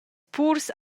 purs